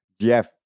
Jeff